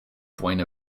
buena